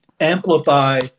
amplify